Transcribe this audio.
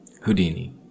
Houdini